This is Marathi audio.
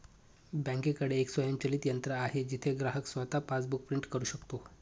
बँकेकडे एक स्वयंचलित यंत्र आहे जिथे ग्राहक स्वतः पासबुक प्रिंट करू शकतो